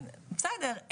בסדר,